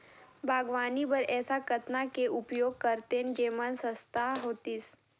बागवानी बर ऐसा कतना के उपयोग करतेन जेमन सस्ता होतीस?